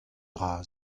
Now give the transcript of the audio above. dra